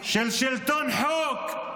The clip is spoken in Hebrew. של שלטון חוק,